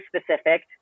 specific